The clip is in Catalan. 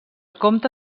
compta